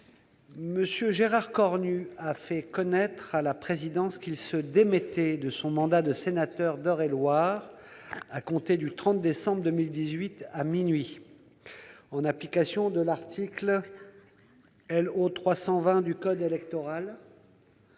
M. Gérard Cornu a fait connaître à la présidence qu'il se démettait de son mandat de sénateur d'Eure-et-Loir, à compter du 30 décembre 2018, à minuit. En application de l'article L.O. 320 du code électoral,